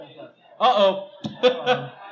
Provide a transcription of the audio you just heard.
Uh-oh